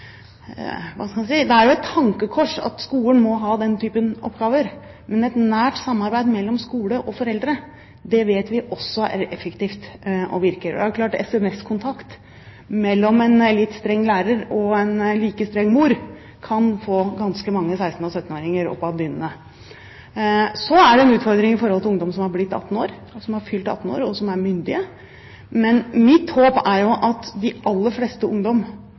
et tankekors at skolen må ha den typen oppgaver, men vi vet også at et nært samarbeid mellom skole og foreldre er effektivt, og at det virker. Det er klart at sms-kontakt mellom en litt streng lærer og en like streng mor, kan få ganske mange 16- og 17-åringer ut av dynene. Så er det en utfordring når det gjelder ungdom som har fylt 18 år og er myndige. Mitt håp er at de aller fleste